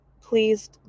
please